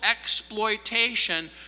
exploitation